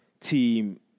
team